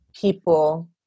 people